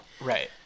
Right